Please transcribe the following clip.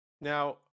Now